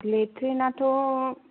लेट्रिनाथ'